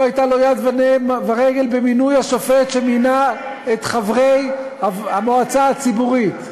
לא הייתה לו יד ורגל במינוי השופט שמינה את חברי המועצה הציבורית.